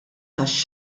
tax